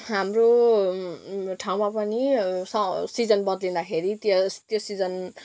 हाम्रो ठाउँमा पनि सिजन बद्लिन्दाखेरि त्यो सिजन